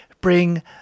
Bring